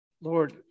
Lord